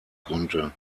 konnte